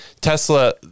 Tesla